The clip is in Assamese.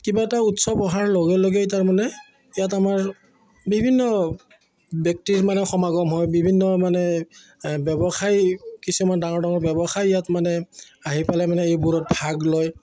কিবা এটা উৎসৱ অহাৰ লগে লগেই তাৰমানে ইয়াত আমাৰ বিভিন্ন ব্যক্তিৰ মানে সমাগম হয় বিভিন্ন মানে ব্যৱসায় কিছুমান ডাঙৰ ডাঙৰ ব্যৱসায় ইয়াত মানে আহি পেলে মানে এইবোৰত ভাগ লয়